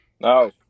No